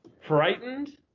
frightened